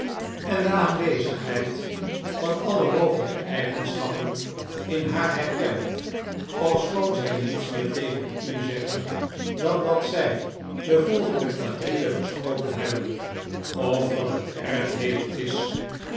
en de aanwezigheid van alle mogelijke eigenschappen in haar herkend ofschoon zij niets meer tegen u zeggen dan dat zij de volgende quadrille besproken hebben of dat het erg heet is